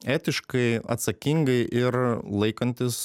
etiškai atsakingai ir laikantis